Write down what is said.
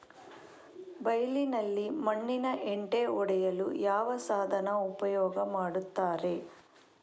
ಬೈಲಿನಲ್ಲಿ ಮಣ್ಣಿನ ಹೆಂಟೆ ಒಡೆಯಲು ಯಾವ ಸಾಧನ ಉಪಯೋಗ ಮಾಡುತ್ತಾರೆ?